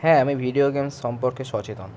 হ্যাঁ আমি video games সম্পর্কে সচেতন